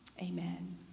Amen